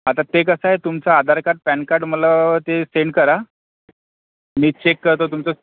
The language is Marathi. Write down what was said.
आता ते कसं आहे तुमचं आधार काड पॅन काड मला ते सेंड करा मी चेक करतो तुमचं